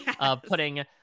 putting